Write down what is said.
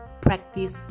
practice